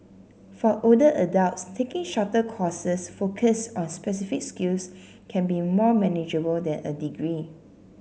for older adults taking shorter courses focused on specific skills can be more manageable than a degree